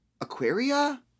Aquaria